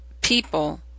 people